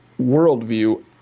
worldview